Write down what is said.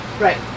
Right